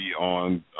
on